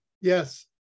Yes